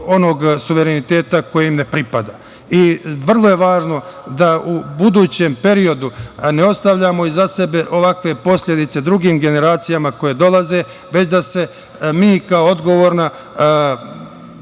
onog suvereniteta koji im ne pripada. Vrlo je važno da u budućem periodu ne ostavljamo iza sebe ovakve posledice drugim generacijama koje dolaze, već da se mi kao odgovorna